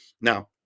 Now